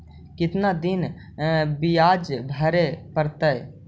कितना दिन बियाज भरे परतैय?